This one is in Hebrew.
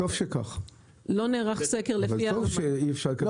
זה טוב שאי אפשר לקבל נתונים.